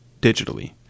digitally